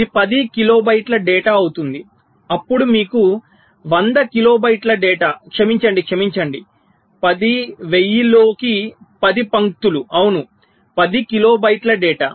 ఇది 10 కిలోబైట్ల డేటా అవుతుంది అప్పుడు మీకు 100 కిలోబైట్ల డేటా క్షమించండి క్షమించండి 10 1000 లోకి 10 పంక్తులు అవును 10 కిలోబైట్ల డేటా